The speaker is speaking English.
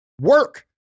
work